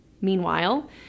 Meanwhile